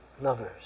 lovers